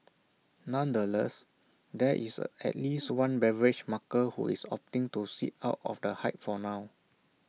nonetheless there is A at least one beverage maker who is opting to sit out of the hype for now